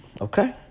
Okay